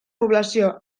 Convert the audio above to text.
població